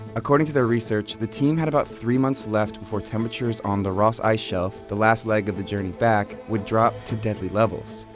according to their research, the team had about three months left before temperatures on the ross ice shelf, the last leg of the journey back, would drop to deadly levels.